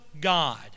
God